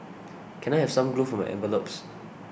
can I have some glue for my envelopes